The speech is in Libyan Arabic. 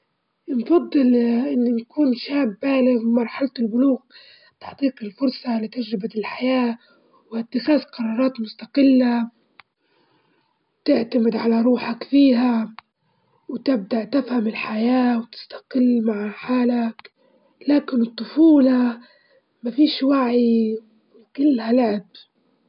الأفضل استكشاف المحيط لإن المحيط مليء بالأسرار والكائنات البحرية اللي ما نعرفوش عنها حاجة، وفي عوالم خفية بحاجة للاستكشاف، ونستكشف مخلوقات شكل جديد ما نعرف عنها حاجة، والفضاء جميل بردو، بس تقريبا ما فيش مخلوقات فضائية.